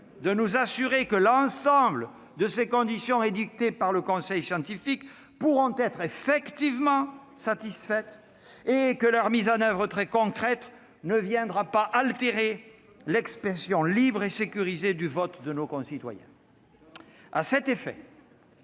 de nous assurer que l'ensemble des conditions édictées par le conseil scientifique pourront être effectivement satisfaites et que leur mise en oeuvre très concrète ne viendra pas altérer l'expression libre et sécurisée du vote de nos concitoyens. À cet effet,